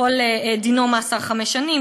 דינו מאסר חמש שנים,